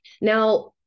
Now